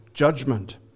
judgment